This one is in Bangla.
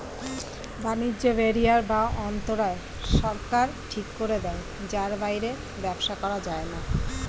বাণিজ্য ব্যারিয়ার বা অন্তরায় সরকার ঠিক করে দেয় যার বাইরে ব্যবসা করা যায়না